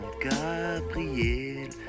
Gabriel